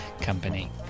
company